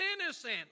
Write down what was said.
innocent